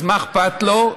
אז מה אכפת לו?